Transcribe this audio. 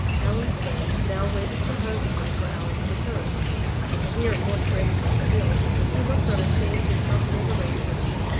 allan's friend now waited composedly for allan's return and here, more strangely still, he looked on a change in the household arrangements,